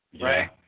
right